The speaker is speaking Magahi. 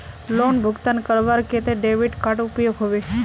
लोन भुगतान करवार केते डेबिट कार्ड उपयोग होबे?